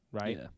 right